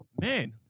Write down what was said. man